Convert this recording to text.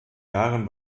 jahren